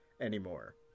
anymore